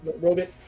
robot